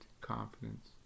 confidence